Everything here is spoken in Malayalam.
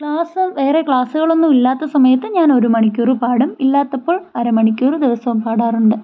ക്ലാസ് വേറെ ക്ലാസുകളൊന്നും ഇല്ലാത്ത സമയത്ത് ഞാൻ ഒരു മണിക്കൂർ പാടും ഇല്ലാത്തപ്പോൾ അരമണിക്കൂർ ദിവസവും പാടാറുണ്ട്